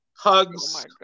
hugs